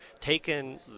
taken